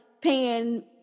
paying